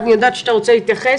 אני יודעת שאתה רוצה להתייחס,